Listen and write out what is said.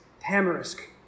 tamarisk